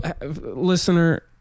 listener